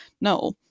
No